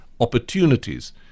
opportunities